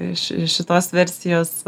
iš šitos versijos